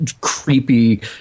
creepy